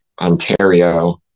Ontario